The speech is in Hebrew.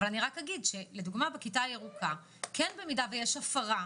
אבל אני רק אגיד שלדוגמה בכיתה הירוקה אם יש הפרה,